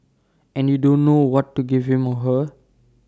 and you don't know what to give him or her